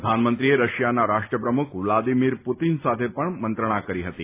પ્રધાનમંત્રીએ રશિયાના રાષ્ટ્રપ્રમુખ વ્લાદિમીર પૂતિન સાથે પણ મંત્રણા કરી ફતી